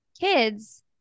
kids